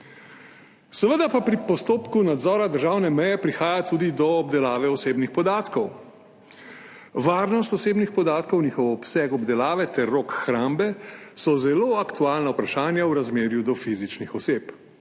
Seveda pa pri postopku nadzora državne meje prihaja tudi do obdelave osebnih podatkov. Varnost osebnih podatkov, njihov obseg obdelave ter rok hrambe so zelo aktualna vprašanja v razmerju do fizičnih oseb.